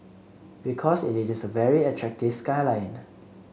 because it is a very attractive skyline